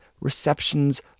receptions